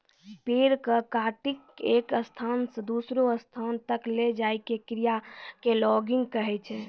पेड़ कॅ काटिकॅ एक स्थान स दूसरो स्थान तक लै जाय के क्रिया कॅ लॉगिंग कहै छै